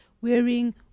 wearing